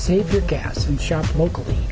save your gas and shop locally